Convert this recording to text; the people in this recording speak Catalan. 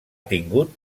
tingut